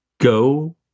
go